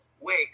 wake